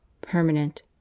permanent